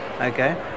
Okay